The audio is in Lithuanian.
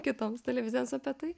kitoms televizijoms apie tai